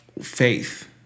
faith